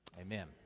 Amen